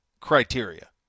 criteria